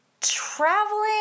traveling